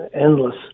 endless